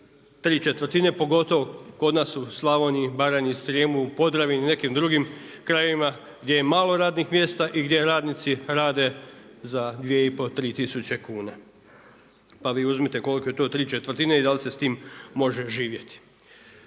tri četvrtine pogotovo kod nas u Slavoniji, Baranji, Srijemu, Podravini i nekim drugim krajevima gdje je malo radnih mjesta i gdje radnici rade za 2,5, 3 tisuće kuna pa vi uzmite koliko je tri četvrtine i da li se s tim može živjeti.